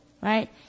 right